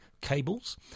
cables